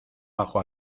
bajo